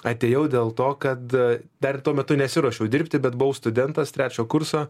atėjau dėl to kad dar tuo metu nesiruošiau dirbti bet buvau studentas trečio kurso